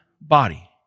body